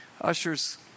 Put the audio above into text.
Ushers